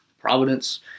providence